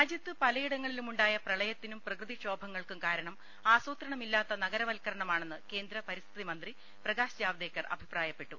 രാജ്യത്ത് പലയിടങ്ങളിലുമുണ്ടായ പ്രളയത്തിനും പ്രകൃതി ക്ഷോഭങ്ങൾക്കും കാരണം ആസൂത്രണമില്ലാത്ത നഗരവൽക്ക രണമാണെന്ന് കേന്ദ്ര പരിസ്ഥിതി മന്ത്രി പ്രകാശ് ജാവ്ദേക്കർ അഭിപ്രായപ്പെട്ടു